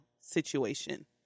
situation